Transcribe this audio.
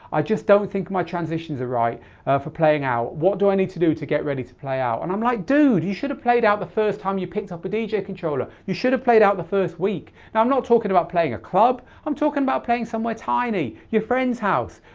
i just don't think my transitions are right for playing out, what do i need to do to get ready to play out? and i'm like dude, you should have played out the first time you picked up a dj controller. you should have played out the first week. now i'm not talking about playing a club, i'm talking about playing somewhere tiny. your friend's house,